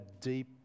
deep